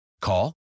Call